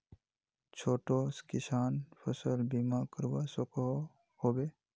छोटो किसान फसल बीमा करवा सकोहो होबे?